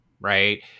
right